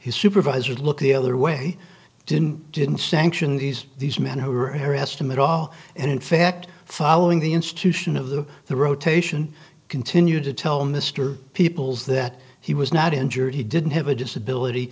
his supervisors look the other way didn't didn't sanction these these men who are estimate all and in fact following the institution of the the rotation continue to tell mr peoples that he was not injured he didn't have a disability